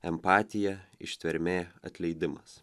empatija ištvermė atleidimas